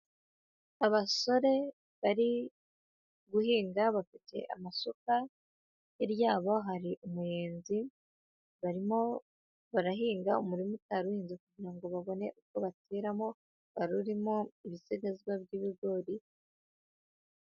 Abasore bari guhinga bafite amasuka, hirya yabo hari umuyenzi, barimo barahinga umurima utari uhinze kugira ngo babone uko bateramo, wari urimo ibisigazwa by'ibigori.